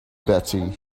betty